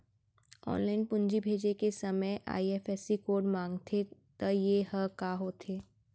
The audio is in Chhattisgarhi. ऑनलाइन पूंजी भेजे के समय आई.एफ.एस.सी कोड माँगथे त ये ह का होथे?